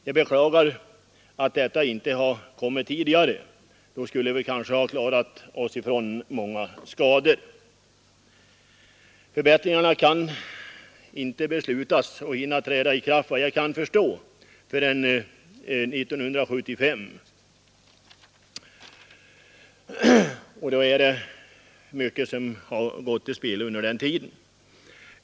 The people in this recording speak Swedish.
Jag beklagar att dessa förbättringar inte har kommit tidigare — då skulle vi kanske ha klarat oss ifrån många skador. Förbättringarna kan inte beslutas och hinna träda i kraft, efter vad jag kan förstå, förrän 1975, och under tiden är det mycket som går till spillo.